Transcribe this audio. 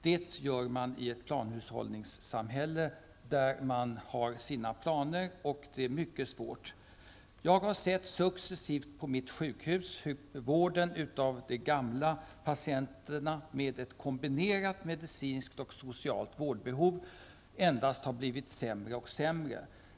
Så är det i ett planhushållningssamhälle, där man håller sig till sina planer som är mycket svåra att ändra på. Jag har på mitt sjukhus successivt sett hur vården av äldre patienter med ett kombinerat medicinskt och socialt vårdbehov endast har blivit sämre.